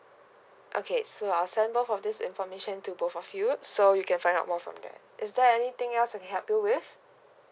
okay so I'll send both of these information to both of you so you can find out more for there is there anything else I can help you with